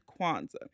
Kwanzaa